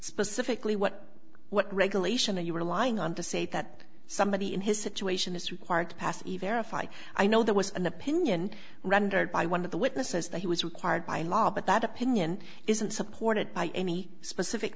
specifically what what regulation and you were lying on to say that somebody in his situation is required to pass even if i i know there was an opinion rendered by one of the witnesses that he was required by law but that opinion isn't supported by any specific